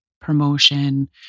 promotion